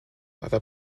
other